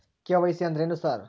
KYC ಅಂದ್ರೇನು sir?